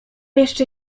jeszcze